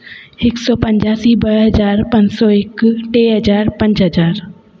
हिक सौ पंजासी ॿ हज़ार पंज सौ हिक टे हज़ार पंज हज़ार